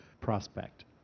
prospect